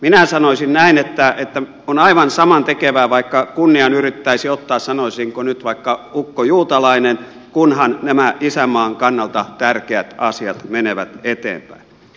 minä sanoisin näin että on aivan samantekevää vaikka kunnian yrittäisi ottaa sanoisinko nyt vaikka ukko juutalainen kunhan nämä isänmaan kannalta tärkeät asiat menevät eteenpäin